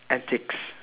antics